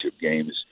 games